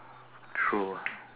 true